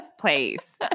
please